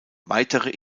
weitere